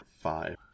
five